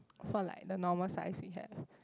for like the normal size we have